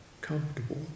comfortable